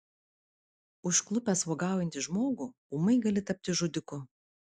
užklupęs uogaujantį žmogų ūmai gali tapti žudiku